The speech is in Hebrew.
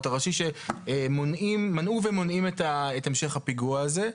הראשי שמנעו ומונעים את המשך הפיגוע הזה.